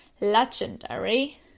legendary